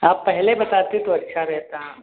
आप पहले बताते तो अच्छा रहता